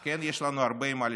כן, יש לנו הרבה מה לשנות,